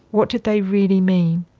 what did they really mean?